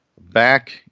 back